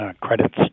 credits